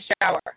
shower